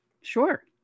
sure